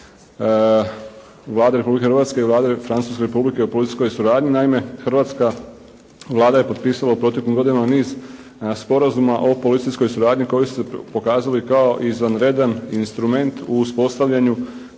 Vladom Republike Hrvatske i Vlade Francuske Republike o policijskoj suradnji. Naime, hrvatska Vlada je potpisala u proteklim godinama niz sporazuma o policijskoj suradnji koji su se pokazali kao izvanredan instrument u uspostavljanju